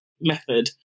method